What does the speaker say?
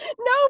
No